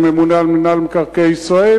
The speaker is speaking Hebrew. שממונה על מינהל מקרקעי ישראל.